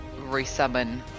resummon